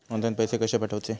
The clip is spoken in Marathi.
ऑनलाइन पैसे कशे पाठवचे?